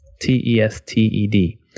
T-E-S-T-E-D